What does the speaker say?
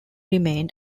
remain